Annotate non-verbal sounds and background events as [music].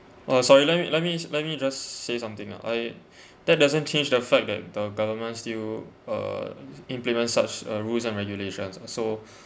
uh sorry let me let me let me just say something ah I [breath] that doesn't change the fact that the government still uh implements such uh rules and regulations uh so